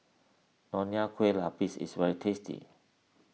Nonya Kueh Lapis is very tasty